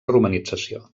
romanització